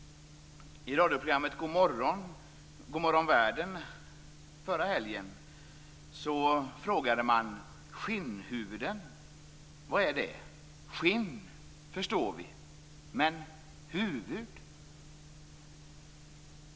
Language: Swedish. I radioprogrammet God morgon världen förra helgen frågade man vad skinnhuvuden är. "Skinn" förstår vi, men inte "huvud".